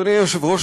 אדוני היושב-ראש,